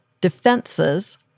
defenses